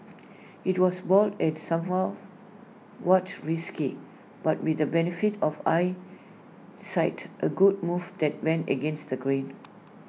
IT was bold and somewhat was risky but with the benefit of hindsight A good move that went against the grain